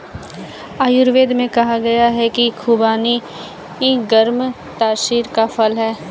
आयुर्वेद में कहा गया है कि खुबानी गर्म तासीर का फल है